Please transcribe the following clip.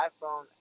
iPhone